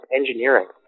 engineering